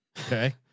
Okay